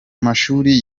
mashuri